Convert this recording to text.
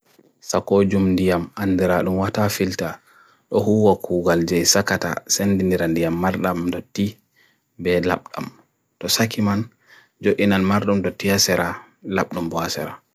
Sakoujum diyam andra lmwata filta, lohu wa kougal jaisakata sendiniran diyam mardum doti be labdum, to sakiman jo inan mardum doti asera labdum boasera.